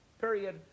Period